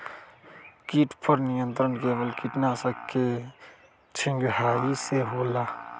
किट पर नियंत्रण केवल किटनाशक के छिंगहाई से होल?